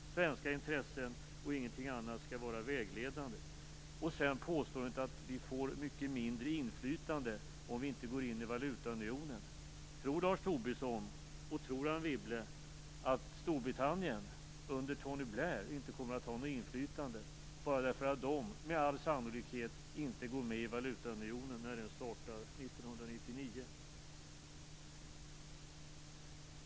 Svenska intressen, ingenting annat, skall vara vägledande. Påstå inte att vi får mindre inflytande om vi inte går in i valutaunionen. Tror Lars Tobisson och Anne Wibble att Storbritannien under Tony Blair inte kommer att ha något inflytande, bara för att de med all sannolikhet inte går med i valutaunionen när den startar 1999?